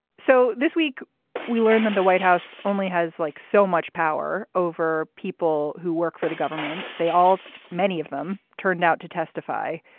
so this week we learned that the white house only has like so much power over people who work for the government they all many of them turned out to testify.